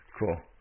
Cool